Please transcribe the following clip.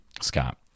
Scott